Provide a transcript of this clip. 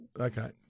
okay